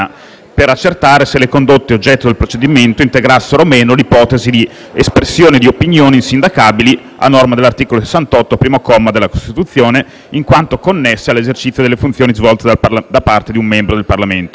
per accertare se le condotte oggetto del procedimento integrassero o meno l'ipotesi di espressione di opinioni insindacabili, a norma dell'articolo 68, primo comma, della Costituzione, in quanto connesse all'esercizio delle funzioni svolte da parte di un membro del Parlamento.